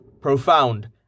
profound